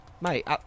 mate